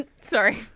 Sorry